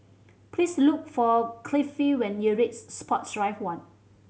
please look for Cliffie when you reach Sports Drive One